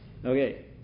Okay